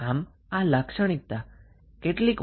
આમ આ લાક્ષણિકતા ખુબ મહત્વની છે